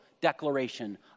declaration